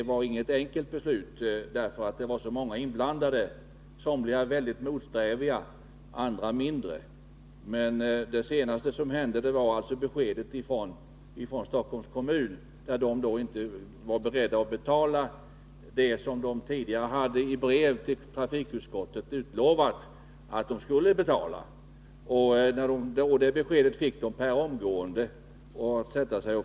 Det var inget enkelt beslut, eftersom det var så många inblandade — somliga mycket motsträviga, andra mindre. Det senaste som inträffade var beskedet från Stockholms kommun, som inte var beredd att betala det man tidigare i brev till trafikutskottet hade utlovat.